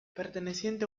perteneciente